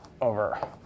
over